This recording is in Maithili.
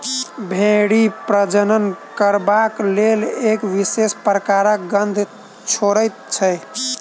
भेंड़ी प्रजनन करबाक लेल एक विशेष प्रकारक गंध छोड़ैत छै